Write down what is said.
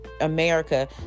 america